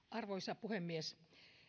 arvoisa puhemies